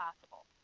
possible